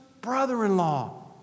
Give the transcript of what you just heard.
brother-in-law